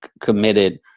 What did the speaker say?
committed